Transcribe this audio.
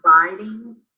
providing